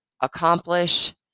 accomplish